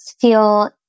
feel